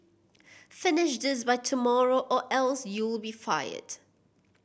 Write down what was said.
finish this by tomorrow or else you'll be fired